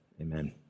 Amen